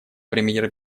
премьер